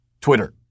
Twitter